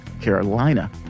Carolina